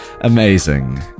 amazing